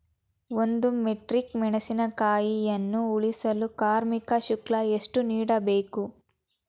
ಒಂದು ಮೆಟ್ರಿಕ್ ಮೆಣಸಿನಕಾಯಿಯನ್ನು ಇಳಿಸಲು ಕಾರ್ಮಿಕ ಶುಲ್ಕ ಎಷ್ಟು ನೀಡಬೇಕು?